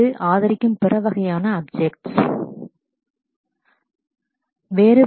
அது ஆதரிக்கும் பிற வகையான ஆப்ஜெக்ட்ஸ் objects